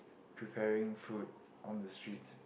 preparing food on the streets